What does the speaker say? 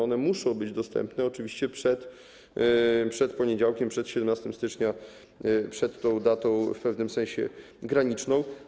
One muszą być dostępne oczywiście przed poniedziałkiem, przed 17 stycznia, przed tą datą w pewnym sensie graniczną.